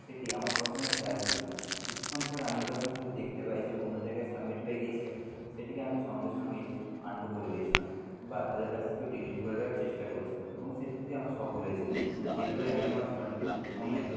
সেটি আমার প্রথমে খেয়াল ছিল না কিছুক্ষণ পর আমি যখন সেটি দেখতে পাই যে অন্য জায়গায় সাবমিট হয়ে গিয়েছে সেটিকে আমি সঙ্গে সঙ্গেই আন্ডু করে দিয়েছিলাম বা তাদের কাছ থেকেও ডিলিট করে দেওয়ার চেষ্টা করেছিলাম এবং সেটিতে আমি সফল হয়েছিলাম এইভাবে আমি আমার সঠিক সময়ে